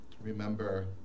Remember